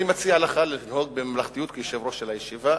אני מציע לך לנהוג בממלכתיות כיושב-ראש של הישיבה.